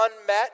unmet